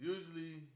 Usually